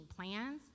plans